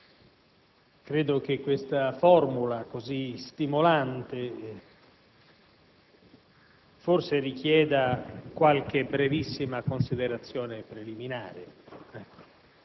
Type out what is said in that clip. Credo che una formula così stimolante forse richieda qualche brevissima considerazione preliminare,